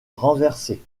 renversé